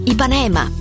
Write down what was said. Ipanema